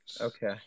Okay